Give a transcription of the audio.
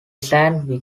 sand